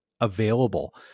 available